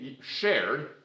shared